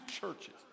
churches